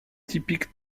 typique